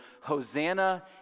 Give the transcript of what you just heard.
Hosanna